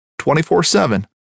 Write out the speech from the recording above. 24-7